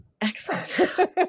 Excellent